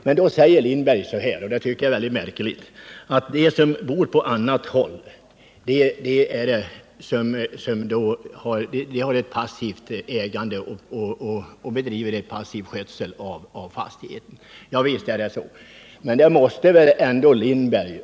Men då säger herr Lindberg — och det tycker jag är märkligt — att de människor som bor på annat håll är passiva ägare som bedriver passiv skötsel av fastigheterna. Ja, visst är det ofta så. Men det är väl inte deras innehav som skall förstärkas.